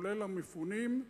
לרבות המפונים,